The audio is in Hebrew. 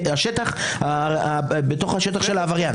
השטח של העבריין,